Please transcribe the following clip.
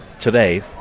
today